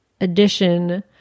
edition